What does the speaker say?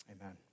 amen